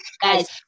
guys